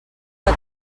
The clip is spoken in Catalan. que